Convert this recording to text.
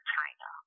China